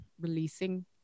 releasing